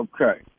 Okay